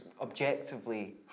objectively